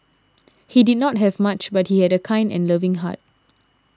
he did not have much but he had a kind and loving heart